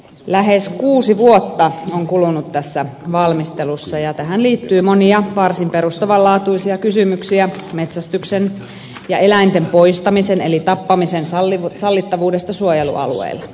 lähes kuusi vuotta on kulunut tässä valmistelussa ja tähän liittyy monia varsin perustavan laatuisia kysymyksiä metsästyksen ja eläinten poistamisen eli tappamisen sallittavuudesta suojelualueella